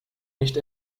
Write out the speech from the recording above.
nicht